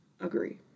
agree